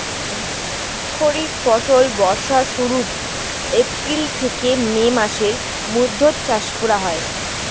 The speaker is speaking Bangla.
খরিফ ফসল বর্ষার শুরুত, এপ্রিল থেকে মে মাসের মৈধ্যত চাষ করা হই